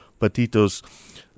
patitos